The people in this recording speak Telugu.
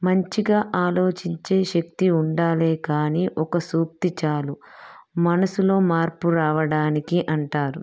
మంచిగా ఆలోచించే శక్తి ఉండాలే కానీ ఒక సూక్తి చాలు మనసులో మార్పు రావడానికి అంటారు